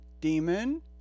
demon